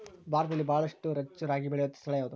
ಭಾರತದಲ್ಲಿ ಬಹಳ ಹೆಚ್ಚು ರಾಗಿ ಬೆಳೆಯೋ ಸ್ಥಳ ಯಾವುದು?